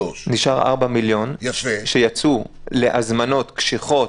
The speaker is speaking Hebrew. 3. נשארו 4 מיליון שיצאו להזמנות קשיחות,